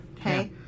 Okay